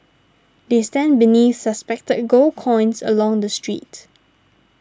they stand beneath suspended gold coins along the street